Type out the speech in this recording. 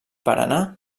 paranà